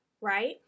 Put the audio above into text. right